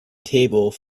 table